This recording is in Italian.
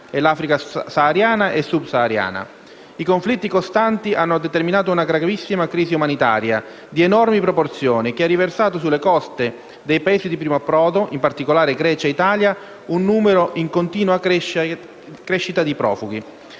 e l'Africa sahariana e subsahariana. I conflitti costanti hanno determinato una gravissima crisi umanitaria di enormi proporzioni, che ha riversato sulle coste dei Paesi di primo approdo (in particolare Grecia e Italia) un numero in continua crescita di profughi.